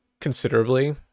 considerably